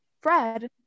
Fred